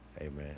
amen